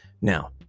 Now